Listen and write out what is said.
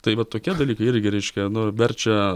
tai va tokie dalykai irgi reiškia nu verčia